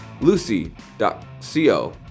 Lucy.co